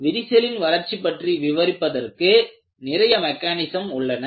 எனவே விரிசலின் வளர்ச்சி பற்றி விவரிப்பதற்கு நிறைய மெக்கானிசம் உள்ளன